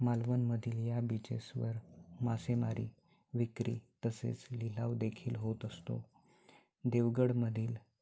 मालवणमधील या बीचेसवर मासेमारी विक्री तसेच लिलाव देखील होत असतो देवगडमधील